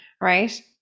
right